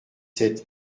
sept